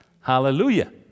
Hallelujah